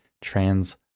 trans